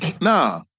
Nah